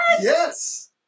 Yes